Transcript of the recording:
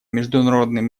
международным